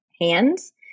hands